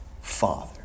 Father